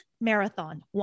marathon